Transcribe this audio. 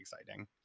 exciting